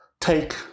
take